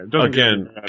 Again